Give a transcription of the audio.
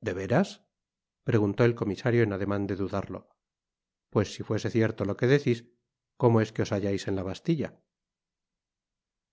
de veras preguntó el comisario en ademan de dudarlo pues si fuese cierto lo que decís como es que os hallais en la bastilla